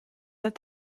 that